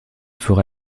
fera